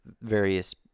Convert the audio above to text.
various